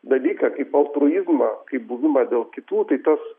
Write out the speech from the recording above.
dalyką kaip altruizmą kaip buvimą dėl kitų tai tos